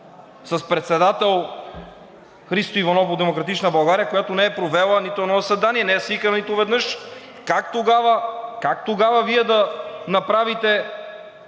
с председател Христо Иванов от „Демократична България“, която не е провела нито едно заседание, не е свикана нито веднъж! Как тогава Вие да направите